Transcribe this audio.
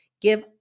give